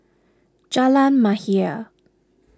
Jalan Mahir